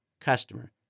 Customer